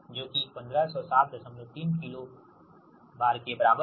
जो कि 15073 kilo VAR के बराबर है